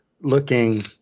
looking